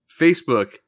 Facebook